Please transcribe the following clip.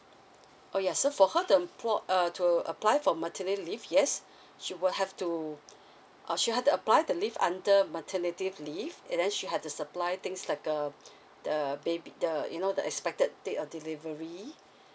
oh ya so for her the ploy~ uh to apply for maternity leave yes she will have to uh she has to apply the leave under maternity leave and then she had to supply things like uh the ba~ the you know the expected date of delivery